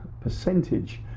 percentage